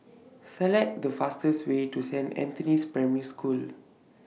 Select The fastest Way to Saint Anthony's Primary School